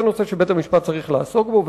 זה נושא שבית-המשפט צריך לעסוק בו.